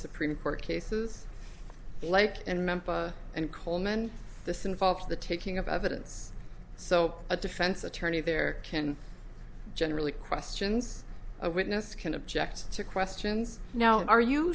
supreme court cases like in memphis and coleman this involves the taking of evidence so a defense attorney there can generally questions a witness can object to questions now are you